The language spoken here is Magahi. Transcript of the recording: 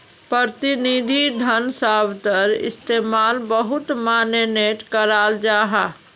प्रतिनिधि धन शब्दर इस्तेमाल बहुत माय्नेट कराल जाहा